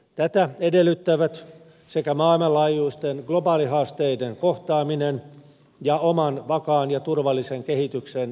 tätä edellyttävät sekä maailmanlaajuisten globaalihaasteiden kohtaaminen että oman vakaan ja turvallisen kehityksen turvaaminen